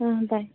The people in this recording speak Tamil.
ம் தேங்க்ஸ்